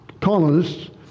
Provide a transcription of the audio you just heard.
colonists